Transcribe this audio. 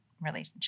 relationship